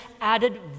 added